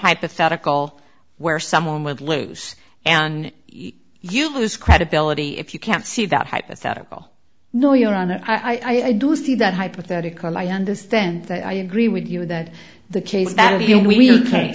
hypothetical where someone would loose and you lose credibility if you can't see that hypothetical no you are not i do see that hypothetical i understand that i agree with you that the case that